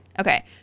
Okay